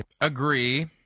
Agree